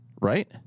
right